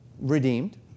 redeemed